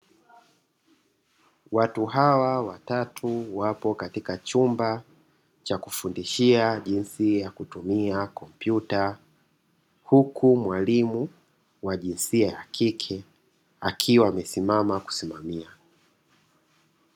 Watu hawa watatu wapo katika chumba cha kufundishia jinsi ya kutumia kompyuta, huku mwalimu wa jinsia ya kike akiwa amesimama kusimamia.